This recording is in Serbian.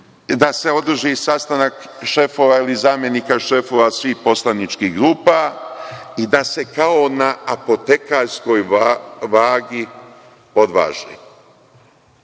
da se održi sastanak šefova ili zamenika šefova svih poslaničkih grupa i da se kao na apotekarskoj vagi odvaži